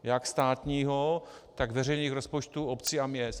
Jak státního, tak veřejných rozpočtů obcí a měst.